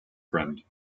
friend